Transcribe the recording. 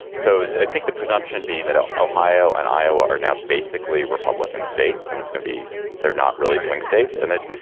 so i think the presumption being that ah ohio and iowa are now basically republican states and it's going to be they're not really swing states and that.